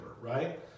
right